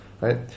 right